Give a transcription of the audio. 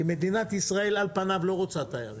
כי מדינת ישראל על פניו לא רוצה תיירים.